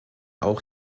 auch